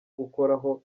gukoraho